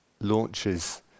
launches